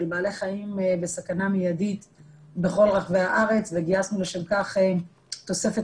בעלי חיים בסכנה מיידית בכל רחבי הארץ וגייסנו לשם כך תוספת